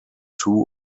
two